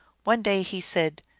one day he said,